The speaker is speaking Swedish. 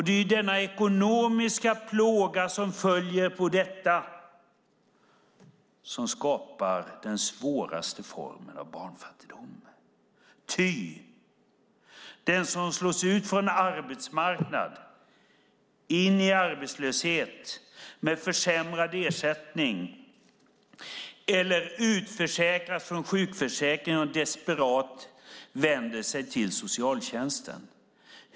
Det är den ekonomiska plåga som följer på detta som skapar den svåraste formen av barnfattigdom, ty den som slås ut från arbetsmarknaden hamnar i arbetslöshet med försämrad ersättning eller utförsäkras från sjukförsäkringen och vänder sig desperat till socialtjänsten.